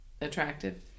attractive